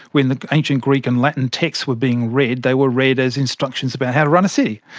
when the ancient greek and latin texts were being read, they were read as instructions about how to run a city.